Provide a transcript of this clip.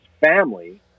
family